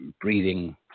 breathing